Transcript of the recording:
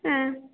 ஆ